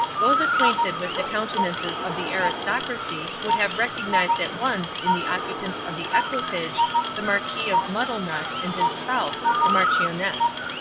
those acquainted with the countenances of the aristocracy would have recognized at once in the occupants of the equipage the marquis of muddlenut and his spouse, the marchioness.